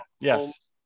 Yes